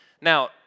Now